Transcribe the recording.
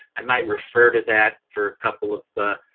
i might refer to that for a couple of